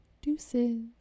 Deuces